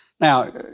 Now